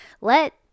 let